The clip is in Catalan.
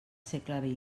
segle